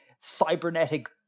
cybernetic